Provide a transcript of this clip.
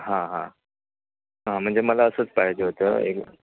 हां हां हां म्हणजे मला असंच पाहिजे होतं एक